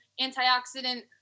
antioxidant